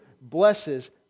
blesses